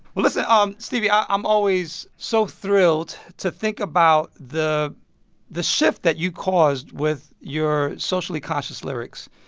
well, listen. um stevie, i'm always so thrilled to think about the the shift that you caused with your socially conscious lyrics.